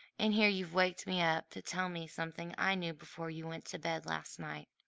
and here you've waked me up to tell me something i knew before you went to bed last night!